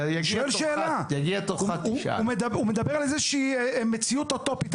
הוא מדבר על איזו שהיא מציאות אוטופית,